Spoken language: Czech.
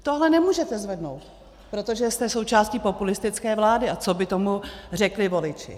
Tohle nemůžete zvednout, protože jste součástí populistické vlády a co by tomu řekli voliči?